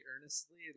earnestly